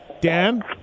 Dan